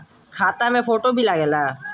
खाता मे फोटो भी लागे ला?